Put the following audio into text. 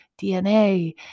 DNA